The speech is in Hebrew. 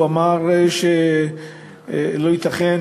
הוא אמר שלא ייתכן